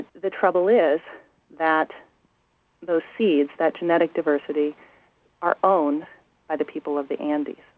the trouble is that those seeds that genetic diversity are owned by the people of the andes.